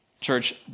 Church